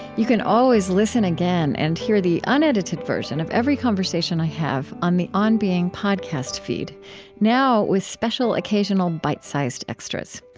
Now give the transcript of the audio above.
you can always listen again and hear the unedited version of every conversation i have on the on being podcast feed now with special, occasional, bite-sized extras.